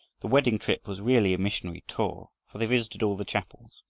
the wedding-trip was really a missionary tour for they visited all the chapels,